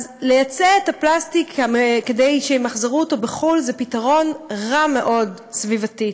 אז לייצא את הפלסטיק כדי שימחזרו אותו בחו"ל זה פתרון רע מאוד סביבתית.